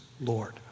Lord